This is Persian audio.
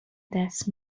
دست